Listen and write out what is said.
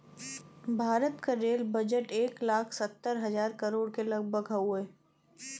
भारत क rail budget एक लाख सत्तर हज़ार करोड़ के लगभग हउवे